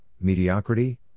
mediocrity